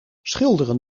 schilderen